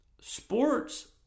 sports